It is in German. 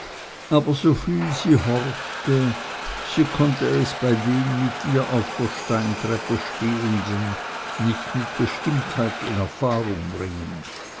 aber soviel sie horchte sie konnte es bei den mit ihr auf der steintreppe stehenden nicht mit bestimmtheit in erfahrung bringen